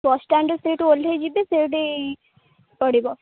bus ଷ୍ଟାଣ୍ଡରୁ ସେଇଠୁ ଓହ୍ଲାଇଯିବେ ସେଇଠି ପଡ଼ିବ